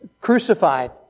crucified